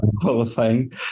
qualifying